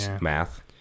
math